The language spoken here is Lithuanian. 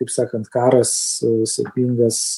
kaip sakant karas sėkmingas